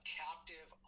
captive